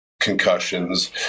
concussions